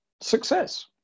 Success